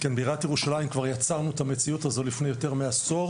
בעיריית ירושלים כבר יצרנו את המציאות הזו לפני יותר מעשור,